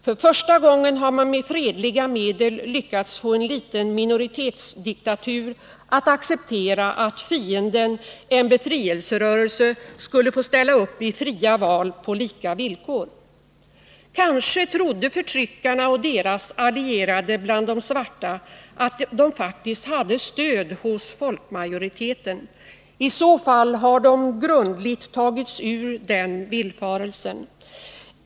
För första gången har man med fredliga medel lyckats få en liten minoritetsdiktatur att acceptera att fienden, en befrielserörelse, skulle få ställa upp i fria val på lika villkor. Kanske trodde förtryckarna och deras allierade bland de svarta att de faktiskt hade stöd hos folkmajoriteten. I så fall har de grundligt tagits ur den villfarelsen.